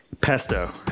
Pesto